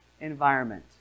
environment